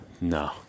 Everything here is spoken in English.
No